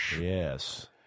Yes